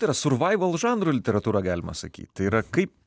tai yra survaivol žanro literatūra galima sakyt tai yra kaip